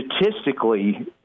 statistically